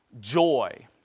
joy